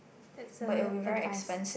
that's uh advice